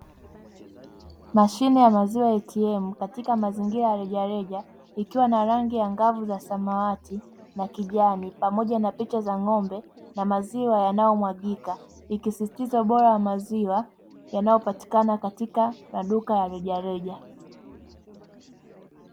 Mashine ya maziwa "ATM" katika mazingira ya rejareja, ikiwa na rangi angavu za samawati, na kijani pamoja na picha za ng'ombe na maziwa yanayomwagika, ikisisitiza ubora wa maziwa yanayopatikana katika maduka ya rejareja.